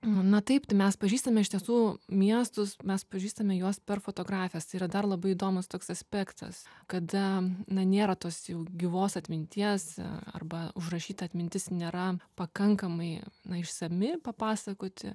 na taip tai mes pažįstame iš tiesų miestus mes pažįstame juos per fotografijas tai yra dar labai įdomus toks aspektas kada na nėra tos jau gyvos atminties arba užrašyta atmintis nėra pakankamai išsami papasakoti